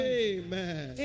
amen